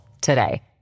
today